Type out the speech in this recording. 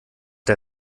der